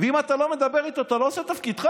ואם אתה לא מדבר איתו אתה לא עושה את תפקידך.